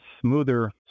smoother